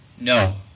No